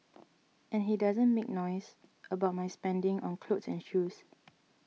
and he doesn't make noise about my spending on clothes and shoes